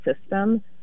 system